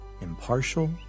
impartial